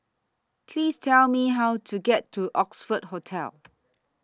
Please Tell Me How to get to Oxford Hotel